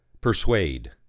persuade